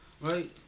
Right